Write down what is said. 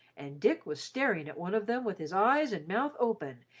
and dick was staring at one of them with his eyes and mouth open,